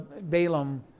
Balaam